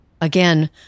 Again